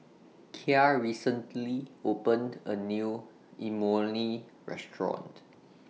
Kya recently opened A New Imoni Restaurant